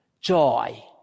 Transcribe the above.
joy